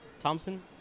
Thompson